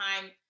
time